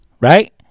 right